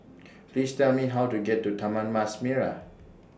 Please Tell Me How to get to Taman Mas Merah